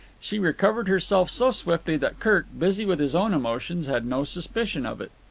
she recovered herself so swiftly that kirk, busy with his own emotions, had no suspicion of it.